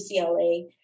UCLA